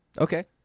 Okay